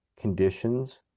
conditions